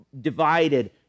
divided